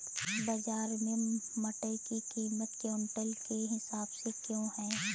बाजार में मटर की कीमत क्विंटल के हिसाब से क्यो है?